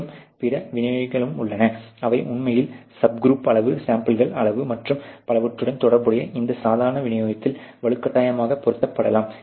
மற்றும் பிற விநியோகங்களும் உள்ளன அவை உண்மையில் சப் குரூப் அளவு சாம்பிள் அளவு மற்றும் பலவற்றுடன் தொடர்புடைய இந்த சாதாரண விநியோகத்தில் வலுக்கட்டாயமாக பொருத்தப்படலாம்